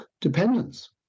dependence